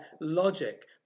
logic